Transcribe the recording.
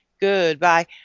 goodbye